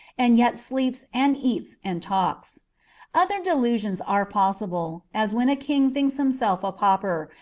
and yet sleeps and eats and talks other delusions are possible, as when a king thinks himself a pauper,